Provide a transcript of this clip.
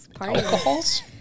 alcohols